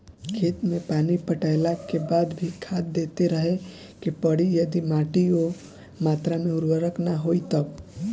खेत मे पानी पटैला के बाद भी खाद देते रहे के पड़ी यदि माटी ओ मात्रा मे उर्वरक ना होई तब?